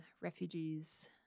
refugees